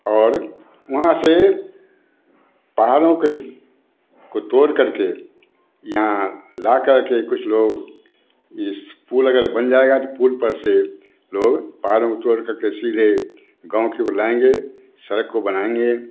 और वहाँ से पहाड़ों के को तोड़कर के यहाँ लाकर के कुछ लोग इस पुल अगर बन जाएगा तो पुल पर से लोग पहाड़ों को तोड़कर के सीधे गाँव की ओर लाएँगे सड़क को बनाएँगे